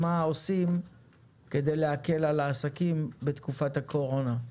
מה עושים כדי להקל על העסקים בתקופת הקורונה.